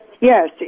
Yes